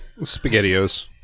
SpaghettiOs